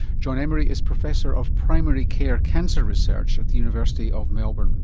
jon emery is professor of primary care cancer research at the university of melbourne